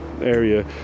area